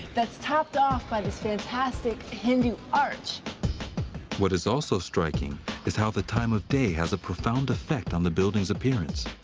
that's topped off by this fantastic hindu arch. narrator what is also striking is how the time of day has a profound effect on the building's appearance.